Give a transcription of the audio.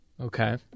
Okay